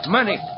Money